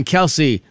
Kelsey